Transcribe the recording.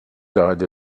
died